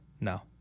No